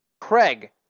Craig